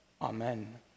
Amen